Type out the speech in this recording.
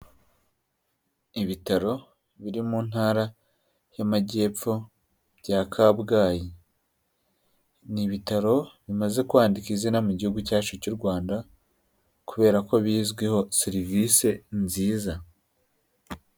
Ibitaro biri mu ntara y'amajyepfo bya Kabgayi. Ni ibitaro bimaze kwandika izina mu gihugu cyacu cy'u Rwanda, kubera ko bizwiho serivise nziza.